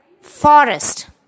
forest